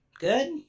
Good